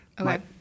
Okay